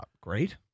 Great